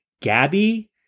Gabby